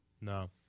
No